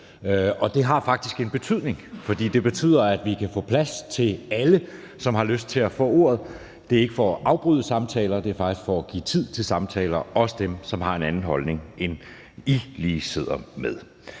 Og det har faktisk den betydning, at man kan holde øje med taletiden, så vi kan få plads til alle, som har lyst til at få ordet. Det er ikke for at afbryde samtaler; det er faktisk for at give tid til samtaler – også for dem, som har en anden holdning end den, I lige sidder med.